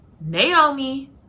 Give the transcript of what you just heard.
Naomi